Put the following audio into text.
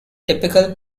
typical